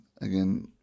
again